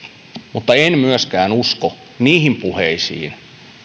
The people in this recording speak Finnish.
mutta en myöskään usko niihin puheisiin